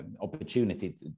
opportunity